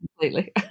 completely